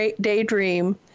daydream